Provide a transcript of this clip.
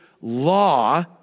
law